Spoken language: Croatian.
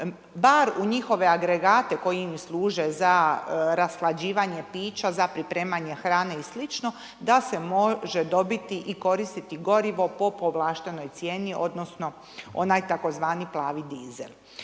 bar u njihove agregate koji im služe za rashlađivanje pića, za pripremanje hrane i sl., da se može dobiti i koristiti gorivo po povlaštenoj cijeni odnosno tzv. plavi dizel.